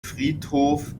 friedhof